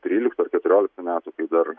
tryliktų ar keturioliktų metų kai dar